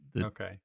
Okay